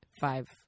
five